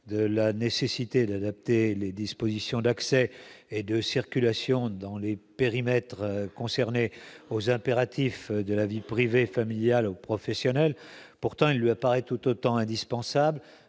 de la nécessité d'adapter les dispositions d'accès et de circulation dans les périmètres concernés aux impératifs de la vie privée familiale aux professionnels, pourtant il lui apparaît tout autant indispensable